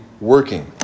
working